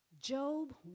Job